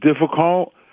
difficult